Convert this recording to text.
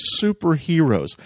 superheroes